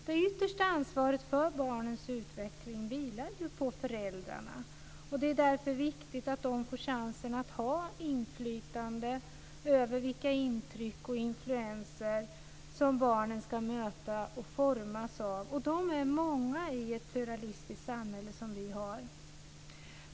Det yttersta ansvaret för barnens utveckling vilar ju på föräldrarna, och det är därför viktigt att de får chansen att ha inflytande över vilka intryck och influenser som barnen ska möta och formas av. Och de är många i ett pluralistiskt samhälle som vi har.